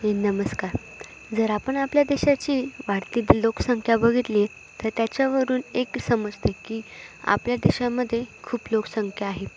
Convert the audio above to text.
नमस्कार जर आपण आपल्या देशाची वाढतीतील लोकसंख्या बघितली तर त्याच्यावरून एक समजते की आपल्या देशामध्ये खूप लोकसंख्या आहे